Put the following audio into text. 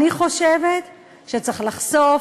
אני חושבת שצריך לחשוף,